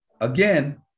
again